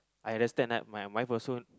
I understand that my wife also